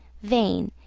vain,